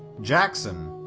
jackson,